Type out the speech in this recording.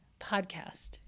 podcast